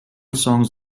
songs